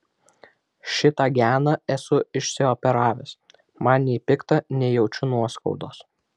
šitą geną esu išsioperavęs man nei pikta nei jaučiu nuoskaudos